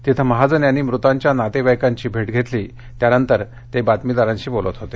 तिथं महाजन यांनी मृतांच्या नातेवाईकांची भेट घेतली त्यानंतर ते पत्रकारांशी बोलत होते